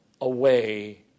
away